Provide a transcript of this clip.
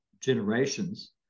generations